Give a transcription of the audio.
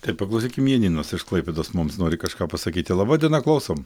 taip paklausykim janinos iš klaipėdos mums nori kažką pasakyti laba diena klausom